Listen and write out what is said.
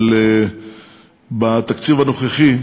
אבל בתקציב הנוכחי,